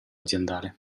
aziendale